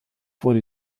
wurde